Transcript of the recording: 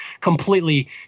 completely